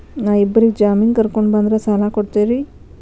ನಾ ಇಬ್ಬರಿಗೆ ಜಾಮಿನ್ ಕರ್ಕೊಂಡ್ ಬಂದ್ರ ಸಾಲ ಕೊಡ್ತೇರಿ?